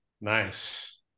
nice